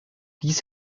dies